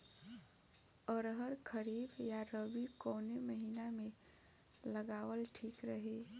अरहर खरीफ या रबी कवने महीना में लगावल ठीक रही?